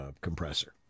compressor